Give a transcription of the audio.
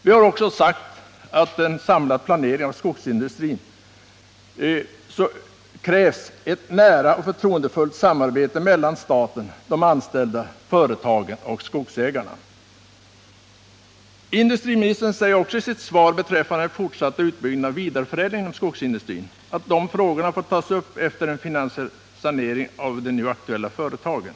Vi har också sagt att det för en samlad planering av skogsindustrin krävs ett nära och förtroendefullt samarbete mellan staten, de anställda, företagen och skogsägarna. Industriministern säger också i sitt svar beträffande den fortsatta utbyggnaden av vidareförädlingen inom skogsindustrin att dessa frågor bör tas upp efter en finansiell sanering av de nu aktuella företagen.